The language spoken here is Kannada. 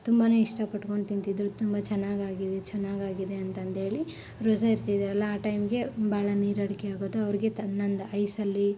ತುಂಬನೆ ಇಷ್ಟಪಟ್ಕೊಂಡು ತಿಂತಿದ್ರು ತುಂಬ ಚೆನ್ನಾಗಿ ಆಗಿದೆ ಚೆನ್ನಾಗಿ ಆಗಿದೆ ಅಂತಂದೇಳಿ ರೋಝ ಇರ್ತಿದ್ದರಲ್ಲ ಆ ಟೈಮ್ಗೆ ಭಾಳ ನೀರಡಿಕೆ ಆಗೋದು ಅವ್ರಿಗೆ ತಣ್ಣಂದು ಐಸಲ್ಲಿ